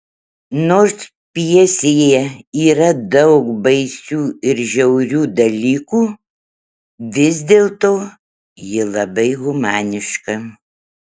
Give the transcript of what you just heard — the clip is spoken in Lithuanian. nors pjesėje yra daug baisių ir žiaurių dalykų vis dėlto ji labai humaniška